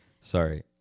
sorry